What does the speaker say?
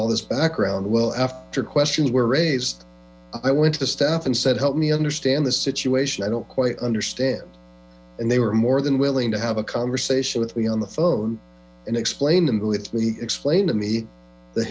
all this background well after questions were raised i went to the staff and said help me understand this situation i don't quite understand and they were more than willing to have a conversation with me on the phone and explain them with me explain to me the